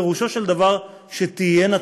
פירושו של דבר שתהיינה טעויות.